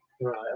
right